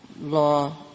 law